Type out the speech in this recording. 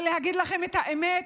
אבל להגיד לכם את האמת,